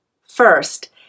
first